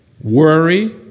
worry